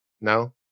No